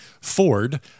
Ford